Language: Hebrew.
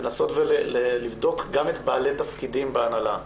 לנסות לבדוק גם את בעלי התפקידים בהנהלה.